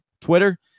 Twitter